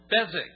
Bezek